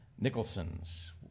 Nicholson's